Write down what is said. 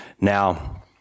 now